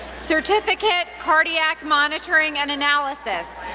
certificate, cardiac monitoring and analysis,